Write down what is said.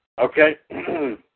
Okay